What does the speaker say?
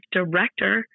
director